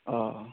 অ অ